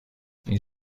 این